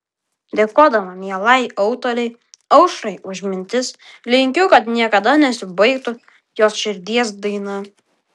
dėkodama mielai autorei aušrai už mintis linkiu kad niekada nesibaigtų jos širdies daina